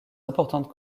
importantes